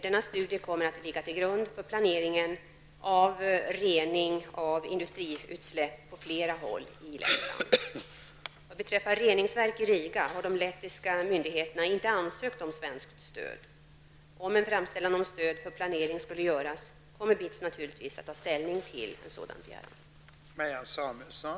Denna studie kommer att ligga till grund för planering av rening av industriutsläpp på flera håll i Lettland. Vad beträffar reningsverk i Riga har de lettiska myndigheterna inte ansökt om svenskt stöd. Om en framställan om stöd för planering skulle göras, kommer BITS naturligtvis att ta ställning till en sådan begäran.